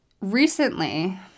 recently